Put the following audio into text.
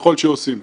ככל שעושים.